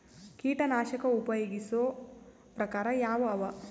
ಕೀಟನಾಶಕ ಉಪಯೋಗಿಸೊ ಪ್ರಕಾರ ಯಾವ ಅವ?